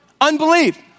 unbelief